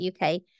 UK